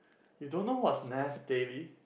you don't know what's Nas-Daily